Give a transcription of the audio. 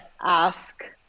ask